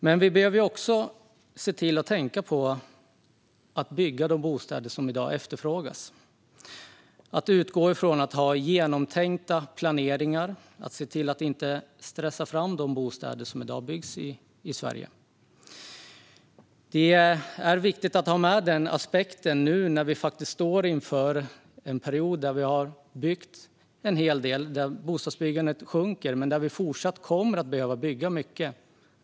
Men man behöver också se till att bygga de bostäder som i dag efterfrågas - att utgå från att ha genomtänkta planeringar och att se till att inte stressa fram de bostäder som i dag byggs i Sverige. Det är viktigt att ha med denna aspekt nu när vi faktiskt står inför en period där vi har byggt en hel del. Bostadsbyggandet sjunker, men vi kommer fortsatt att behöva bygga mycket.